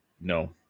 no